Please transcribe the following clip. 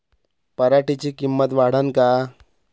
पराटीची किंमत वाढन का?